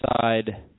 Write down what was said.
side